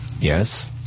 Yes